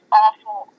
awful